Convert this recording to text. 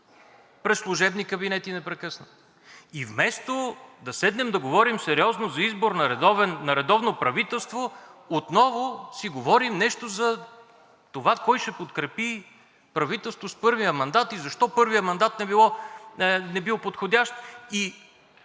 през служебни кабинети непрекъснато, и вместо да седнем да говорим сериозно за избор на редовно правителство, отново си говорим нещо за това кой ще подкрепи правителство с първия мандат и защо първият мандат не бил подходящ.